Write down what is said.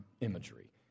imagery